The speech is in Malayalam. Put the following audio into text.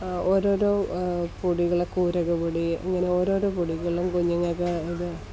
ഓരോരോ പൊടികൾ കൂരക പൊടി ഇങ്ങനെ ഒരൊരോ പൊടികളും കുഞ്ഞുങ്ങൾക്ക്